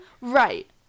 Right